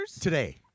today